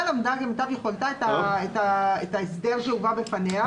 הוועדה למדה כמיטב יכולתה את ההסדר שהובא בפניה.